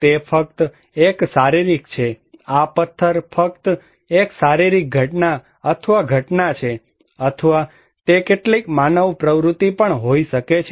તે ફક્ત એક શારીરિક છે આ પથ્થર ફક્ત એક શારીરિક ઘટના અથવા ઘટના છે અથવા તે કેટલીક માનવ પ્રવૃત્તિ પણ હોઈ શકે છે